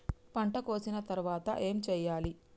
పంట కోసిన తర్వాత ఏం చెయ్యాలి?